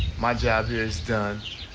my job is done.